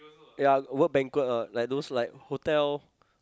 ya work banquet [one] like those like hotel